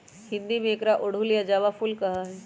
हिंदी में एकरा अड़हुल या जावा फुल कहा ही